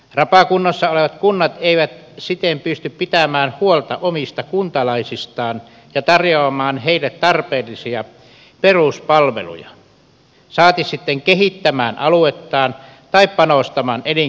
rapakunnossa olevat kunnat eivät siten pysty pitämään huolta omista kuntalaisistaan ja tarjoamaan heille tarpeellisia peruspalveluja saati sitten kehittämään aluettaan tai panostamaan elinkeinojen kehittämiseen